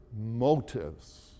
motives